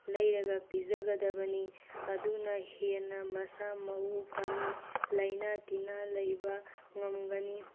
ꯂꯩꯔꯒ ꯄꯤꯖꯒꯗꯕꯅꯤ ꯑꯗꯨꯅ ꯍꯦꯟꯅ ꯃꯁꯥ ꯃꯎ ꯐꯅꯤ ꯂꯥꯏꯅꯥ ꯇꯤꯟꯅꯥ ꯂꯩꯕ ꯉꯝꯒꯅꯤ